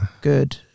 good